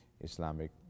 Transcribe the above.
islamic